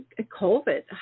COVID